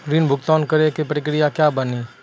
ऋण भुगतान करे के प्रक्रिया का बानी?